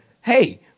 hey